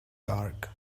dark